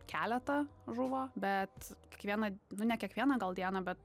keletą žuvo bet kiekvieną nu ne kiekvieną gal dieną bet